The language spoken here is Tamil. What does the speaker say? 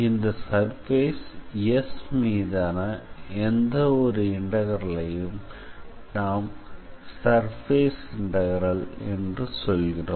இந்த சர்ஃபேஸ் S மீதான எந்த ஒரு இன்டெக்ரலையும் நாம் சர்ஃபேஸ் இன்டெக்ரல் என்று சொல்கிறோம்